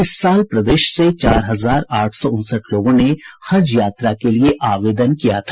इस साल प्रदेश से चार हजार आठ सौ उनसठ लोगों ने हज यात्रा के लिए आवेदन दिया था